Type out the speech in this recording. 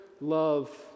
love